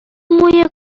موی